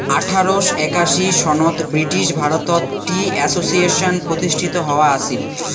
আঠারোশ একাশি সনত ব্রিটিশ ভারতত টি অ্যাসোসিয়েশন প্রতিষ্ঠিত হয়া আছিল